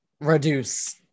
reduce